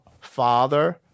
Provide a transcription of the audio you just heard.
father